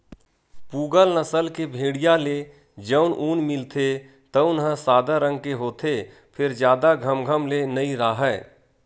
पूगल नसल के भेड़िया ले जउन ऊन मिलथे तउन ह सादा रंग के होथे फेर जादा घमघम ले नइ राहय